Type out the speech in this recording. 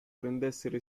rendessero